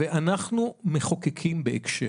אנחנו מחוקקים בהקשר,